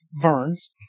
burns